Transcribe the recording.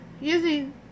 using